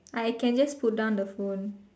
I can just put down the phone